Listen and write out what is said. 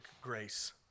grace